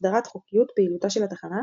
הסדרת חוקיות פעילותה של התחנה,